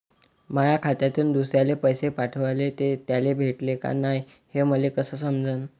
माया खात्यातून दुसऱ्याले पैसे पाठवले, ते त्याले भेटले का नाय हे मले कस समजन?